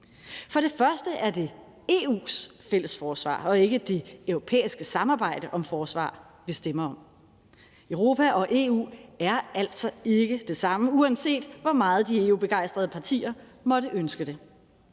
For det første er det EU's fælles forsvar og ikke det europæiske samarbejde om forsvar, vi stemmer om. Europa og EU er altså ikke det samme, uanset hvor meget de EU-begejstrede partier måtte ønske det,